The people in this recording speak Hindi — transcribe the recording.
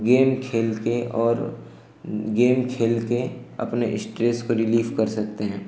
गेम खेलकर और गेम खेलकर अपने स्ट्रेस को रिलीफ़ कर सकते हैं